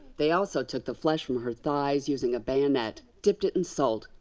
they also took the flesh from her thighs using a bayonet, dipped it in salt,